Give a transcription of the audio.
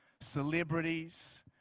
celebrities